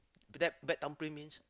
bad bad thumbprint means